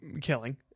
killing